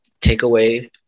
takeaway